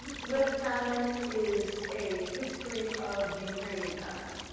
red famine is a history of the ukrainian famine.